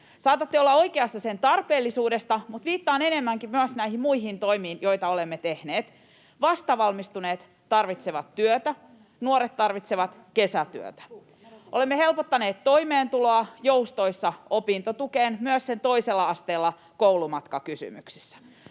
Saatatte olla oikeassa sen tarpeellisuudesta, mutta viittaan enemmänkin myös näihin muihin toimiin, joita olemme tehneet. Vastavalmistuneet tarvitsevat työtä, nuoret tarvitsevat kesätyötä. Olemme helpottaneet toimeentuloa joustoissa opintotukeen myös toisella asteella koulumatkakysymyksissä.